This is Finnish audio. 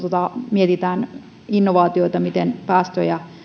mietitään innovaatioita miten päästöjä